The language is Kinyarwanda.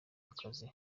akazi